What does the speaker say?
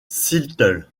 seattle